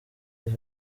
gihe